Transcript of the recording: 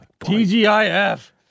TGIF